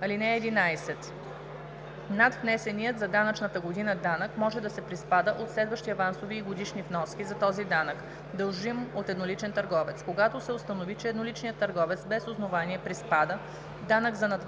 (11) Надвнесеният за данъчната година данък може да се приспада от следващи авансови и годишни вноски за този данък, дължим от едноличен търговец. Когато се установи, че едноличният търговец без основание приспада данък за